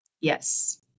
Yes